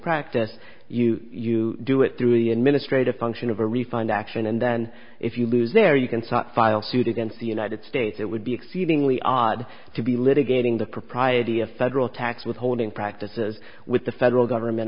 practice you you do it through your ministry to function of a refund action and then if you lose there you can file suit against the united states it would be exceedingly odd to be litigating the propriety of federal tax withholding practices with the federal government